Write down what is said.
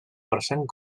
present